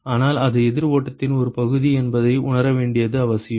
ஆனால் அது எதிர் ஓட்டத்தின் ஒரு பகுதி என்பதை உணர வேண்டியது அவசியம்